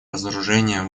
разоружения